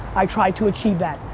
i try to achieve that.